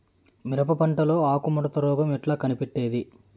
మిరప పంటలో ఆకు ముడత రోగం ఎట్లా కనిపెట్టేది?